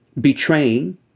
betraying